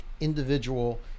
individual